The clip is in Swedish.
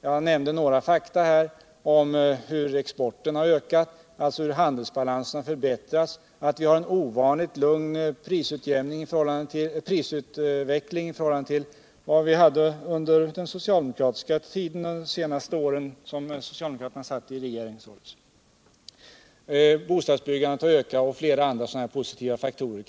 Jag nämnde några fakta om hur exporten har ökat och att handelsbalansen alltså har förbättrats samt att vi nu har en ovanligt lugn prisutveckling i förhållande till vad vi hade under den socialdemokratiska regeringens senaste år. Bostadsbyggandet har också ökat, och man kan peka på flera andra sådana positiva faktorer.